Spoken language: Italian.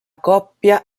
coppia